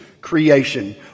creation